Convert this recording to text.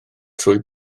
trwy